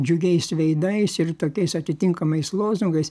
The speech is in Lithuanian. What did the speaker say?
džiugiais veidais ir tokiais atitinkamais lozungais